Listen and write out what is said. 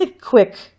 quick